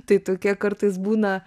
tai tokie kartais būna